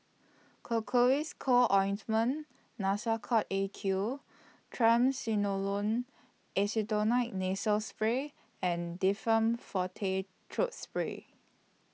Cocois Co Ointment Nasacort A Q Triamcinolone Acetonide Nasal Spray and Difflam Forte Throat Spray